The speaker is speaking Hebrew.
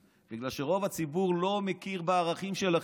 בגלל שרוב הציבור לא מכיר בערכים שלכם,